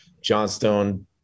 Johnstone